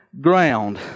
ground